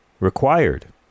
Required